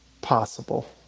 possible